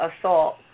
Assault